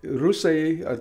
rusai ar